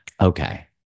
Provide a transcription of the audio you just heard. okay